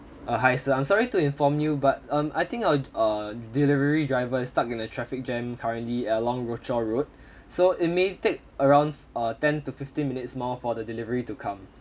uh hi sir I'm sorry to inform you but um I think our uh delivery driver is stuck in a traffic jam currently along rochor road so it may take around uh ten to fifteen minutes more for the delivery to come